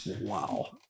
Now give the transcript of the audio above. Wow